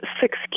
six